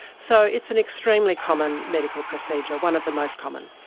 so it's an extremely common medical procedure, one of the most common.